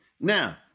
Now